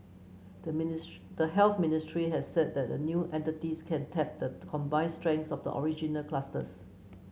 the the Health Ministry has said that the new entities can tap the combined strengths of the original clusters